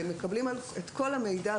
מקבלים את כל המידע,